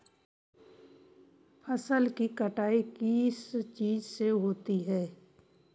फसल की कटाई किस चीज से होती है?